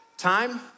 Time